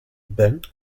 bains